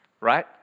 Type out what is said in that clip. right